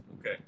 Okay